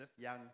young